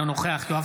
אינו נוכח יואב